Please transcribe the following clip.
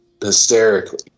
hysterically